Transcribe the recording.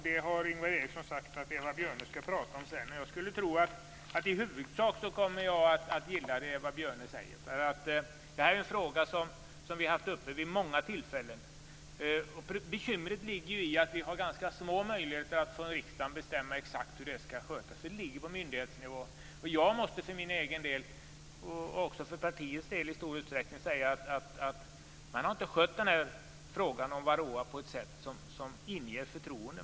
Ingvar Eriksson sade att Eva Björne skall prata om det sedan. Jag skulle tro att jag i huvudsak kommer att gilla det Eva Björne säger. Det här är en fråga som vi har haft uppe vid många tillfällen. Bekymret ligger i att vi från riksdagens sida har ganska små möjligheter att bestämma exakt hur det här skall skötas. Det ligger på myndighetsnivå. Jag måste säga för min del, och också för partiets del i stor utsträckning, att man inte har skött frågan om varroa på ett sätt som inger förtroende.